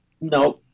No